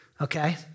Okay